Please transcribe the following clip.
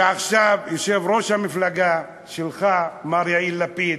ועכשיו יושב-ראש המפלגה שלך, מר יאיר לפיד,